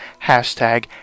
Hashtag